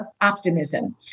optimism